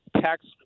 tax